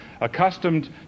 accustomed